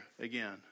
again